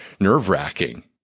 nerve-wracking